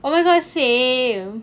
oh my god same